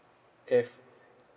if